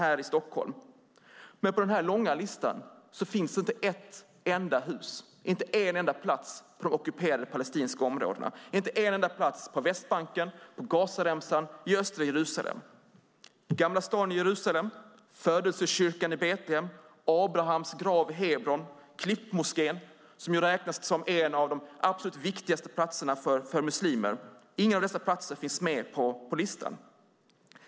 På den långa listan finns inte ett enda hus eller en enda plats på de ockuperade palestinska områdena, inte en enda plats på Västbanken, Gazaremsan eller i östra Jerusalem. Det är gamla stan i Jerusalem, Födelsekyrkan i Betlehem, Abrahams grav i Hebron och Klippmoskén, som räknas som en av de absolut viktigaste platserna för muslimer. Ingen av dessa platser finns med på listan.